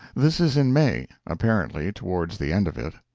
this is in may apparently towards the end of it.